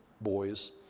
boys